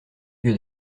lieu